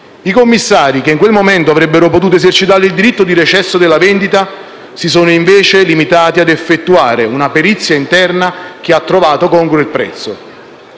i commissari, che in quel momento avrebbero potuto esercitare il diritto di recesso della vendita, si sono invece limitati a effettuare una perizia interna che ha trovato congruo il prezzo.